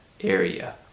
area